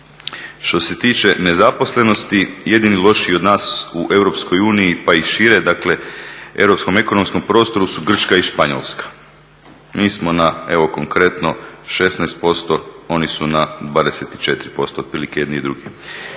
Što se tiče nezaposlenosti, jedini lošiji od nas u Europskoj uniji pa i šire, dakle europskom ekonomskom prostoru su Grčka i Španjolska. Mi smo na evo konkretno 16%, oni su na 24% otprilike jedni i drugi.